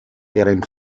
deren